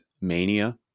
Mania